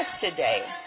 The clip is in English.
today